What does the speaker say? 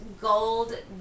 gold